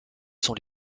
sont